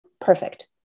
Perfect